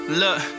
look